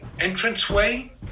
entranceway